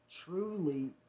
truly